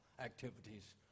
activities